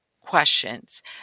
questions